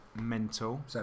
mental